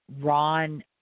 Ron